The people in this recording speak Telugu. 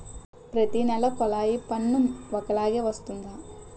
ప్రతి నెల కొల్లాయి పన్ను ఒకలాగే వస్తుందా?